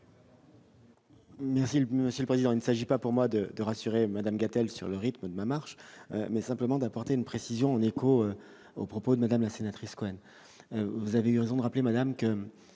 le monsieur le président, il ne s'agit pas pour moi de de rassurer Madame Katell sur le rythme de ma marche, mais simplement d'apporter une précision, en écho aux propos de Madame la sénatrice, quand même, vous avez eu raison de rappeler, madame, que